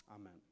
Amen